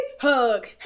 Hug